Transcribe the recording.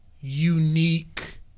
unique